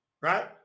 right